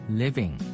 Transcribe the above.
living